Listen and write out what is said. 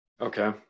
Okay